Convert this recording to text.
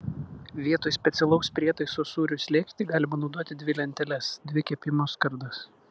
vietoj specialaus prietaiso sūriui slėgti galima naudoti dvi lenteles dvi kepimo skardas